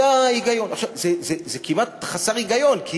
זה כמעט חסר היגיון, כי